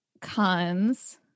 cons